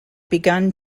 begun